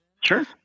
Sure